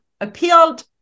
appealed